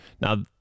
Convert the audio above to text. now